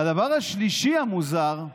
והדבר השלישי המוזר,